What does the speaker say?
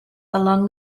along